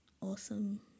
awesome